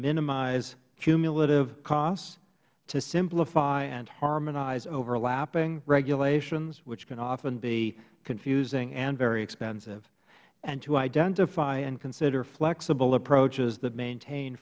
minimize cumulative costs to simplify and harmonize overlapping regulations which can often be confusing and very expensive and to identify and consider flexible approaches that maintain